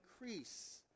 increase